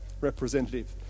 representative